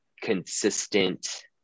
consistent